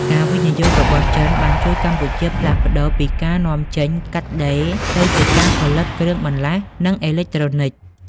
ការវិនិយោគរបស់ចិនបានជួយកម្ពុជាផ្លាស់ប្តូរពីការនាំចេញកាត់ដេរ ទៅជាការផលិតគ្រឿងបន្លាស់ និងអេឡិចត្រូនិច។